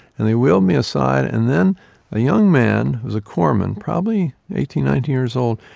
and they wheeled me aside, and then a young man who was a corpsman, probably eighteen, nineteen years old,